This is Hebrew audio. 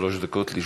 שלוש דקות לרשותך.